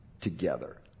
together